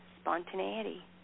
spontaneity